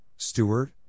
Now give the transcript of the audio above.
Stewart